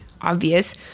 obvious